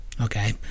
Okay